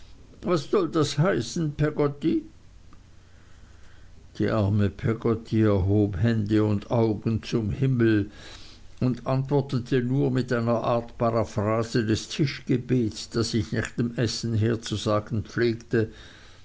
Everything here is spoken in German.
was soll das heißen peggotty die arme peggotty erhob hände und augen zum himmel und antwortete nur mit einer art paraphrase des tischgebets das ich nach dem essen herzusagen pflegte